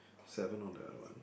seven on the other one